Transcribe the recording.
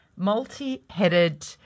Multi-headed